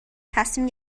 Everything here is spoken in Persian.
تصمیم